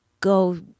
go